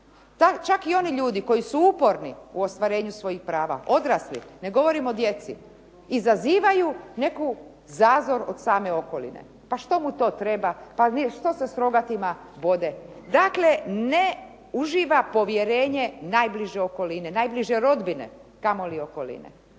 Čak i oni ljudi koji su uporni u ostvarenju svojih prava, odrasli, ne govorim o djeci, izazivaju neki zazor od same okoline, pa što mu to treba, pa što se s rogatima bode. Dakle, ne uživa povjerenje najbliže okoline, najbliže rodbine a kamoli okoline.